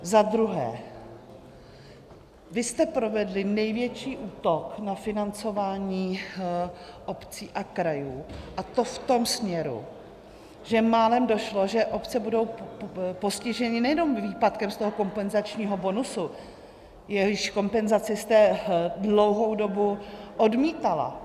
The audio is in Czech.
Za druhé, vy jste provedli největší útok na financování obcí a krajů, a to v tom směru, že málem došlo, že obce budou postiženy nejenom výpadkem z kompenzačního bonusu, jejichž kompenzaci jste dlouhou dobu odmítala.